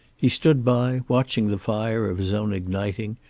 he stood by, watching the fire of his own igniting,